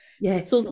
Yes